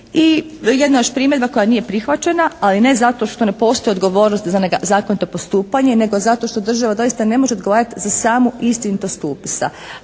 I jedna još primjedba koja nije prihvaćena, ali ne zato što ne postoji odgovornost za nezakonito postupanje nego zato što država doista ne može odgovarati za samu istinitost upisa